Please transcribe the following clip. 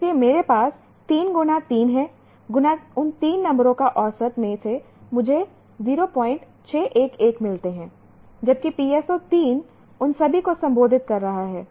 इसलिए मेरे पास 3 गुणा 3 है गुणा उन 3 नंबरों का औसत में से मुझे 0611 मिलते हैं जबकि PSO 3 उन सभी को संबोधित कर रहा है